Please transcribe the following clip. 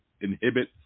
inhibit